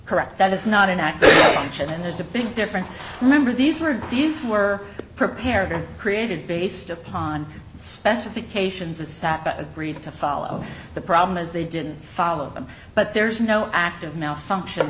correct that it's not an act i'm sure there's a big difference remember these were these were prepared created based upon specifications and sap agreed to follow the problem as they didn't follow them but there is no active malfunction